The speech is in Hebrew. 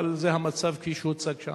אבל זה המצב כפי שהוצג שם.